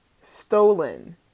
Stolen